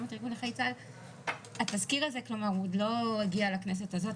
למה ארגון נכי צה"ל התזכיר הזה הוא כלומר עוד לא הגיע לכנסת הזאת?